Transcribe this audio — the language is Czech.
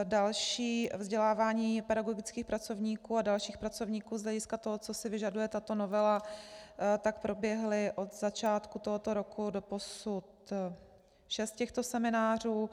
Další vzdělávání pedagogických pracovníků a dalších pracovníků z hlediska toho, co se vyžaduje tato novela, tak proběhlo od začátku tohoto roku doposud šest těchto seminářů.